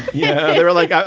yeah. they were like, ah